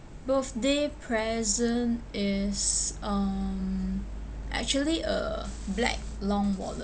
birthday present is um actually a black long wallet